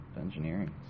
engineering